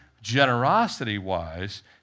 generosity-wise